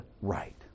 right